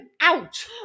out